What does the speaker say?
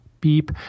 beep